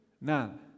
none